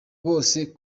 bose